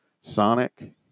Sonic